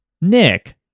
Nick